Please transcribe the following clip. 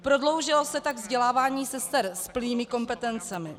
Prodloužilo se tak vzdělávání sester s plnými kompetencemi.